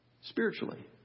spiritually